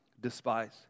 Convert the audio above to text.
despise